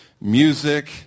Music